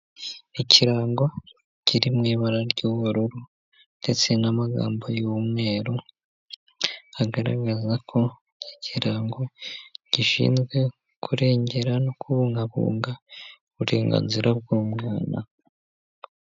Ikirango kiri mu ibara ry'ubururu ndetse n'amagambo y'umweru, agaragaza ko icyo kirango gishinzwe kurengera no kubungabunga uburenganzira bw'umwana.